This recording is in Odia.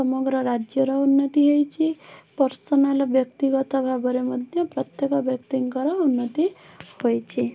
ସମଗ୍ର ରାଜ୍ୟର ଉନ୍ନତି ହେଇଛି ପର୍ଶନାଲ୍ ବ୍ୟକ୍ତିଗତ ଭାବରେ ମଧ୍ୟ ପ୍ରତ୍ୟେକ ବ୍ୟକ୍ତିଙ୍କର ଉନ୍ନତି ହୋଇଛି